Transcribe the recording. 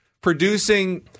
producing